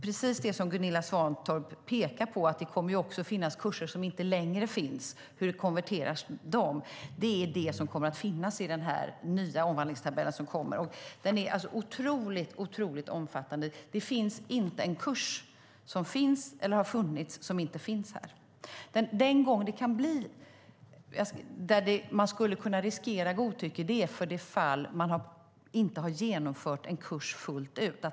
Precis som Gunilla Svantorp pekar på kommer det att finnas kurser som inte längre finns. Hur konverteras de? Det är det som kommer att finnas i den nya omvandlingstabellen som kommer. Den är otroligt omfattande - det är inte en kurs som finns eller har funnits som inte finns med i den. De fall där det skulle kunna finnas risk för godtycke är de fall där man inte har genomfört en kurs fullt ut.